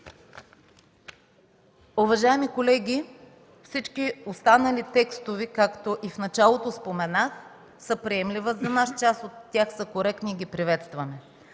Уважаеми колеги, всички останали текстове, както споменах и в началото, са приемливи за нас. Част от тях са коректни и ги приветстваме.